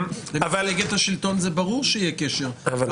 מפלגת השלטון, זה ברור שיהיה קשר אליה.